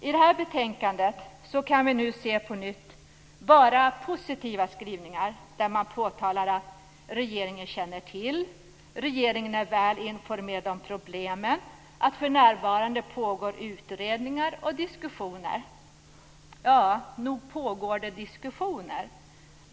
I detta betänkande ser vi på nytt positiva skrivningar, där man påtalar att regeringen känner till, att regeringen är väl informerad om problemen, att för närvarande pågår utredningar och diskussioner. Ja, nog pågår det diskussioner.